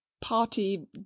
party